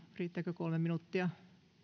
riittääkö kolme minuuttia arvoisa